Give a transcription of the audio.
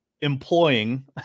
employing